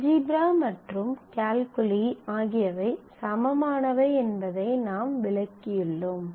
algebra மற்றும் calculi ஆகியவை சமமானவை என்பதை நாம் விளக்கியுள்ளோம்